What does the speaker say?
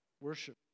worship